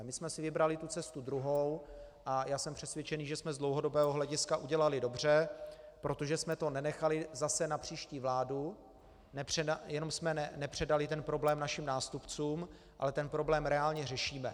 My jsme si vybrali tu cestu druhou a já jsem přesvědčený, že jsme z dlouhodobého hlediska udělali dobře, protože jsme to nenechali zase na příští vládu, jenom jsme nepředali ten problém našim nástupcům, ale ten problém reálně řešíme.